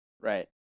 right